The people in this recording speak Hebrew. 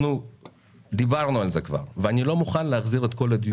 אנחנו דיברנו על זה כבר ואני לא מוכן להחזיר את כל הדיון לאחור.